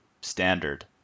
standard